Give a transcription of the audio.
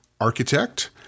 architect